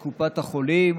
של קופת החולים,